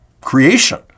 creation